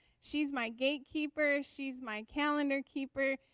she's my gatekeeper she's my calendar keeper.